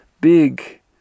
big